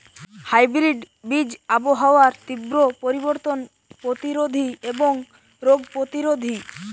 hybrid বীজ আবহাওয়ার তীব্র পরিবর্তন প্রতিরোধী এবং রোগ প্রতিরোধী